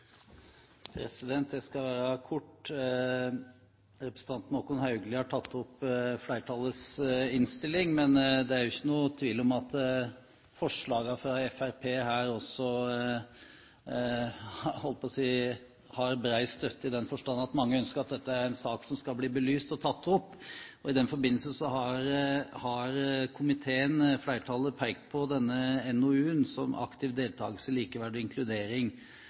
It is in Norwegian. til. Jeg skal være kort. Representanten Håkon Haugli har tatt opp flertallets innstilling, men det er ingen tvil om at forslagene fra Fremskrittspartiet også har bred støtte i den forstand at mange ønsker at dette er en sak som skal bli belyst og tatt opp. I den forbindelse har komitéflertallet pekt på denne NOU-en Aktiv deltakelse, likeverd og inkludering,